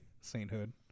sainthood